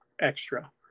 extra